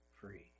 free